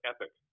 Epic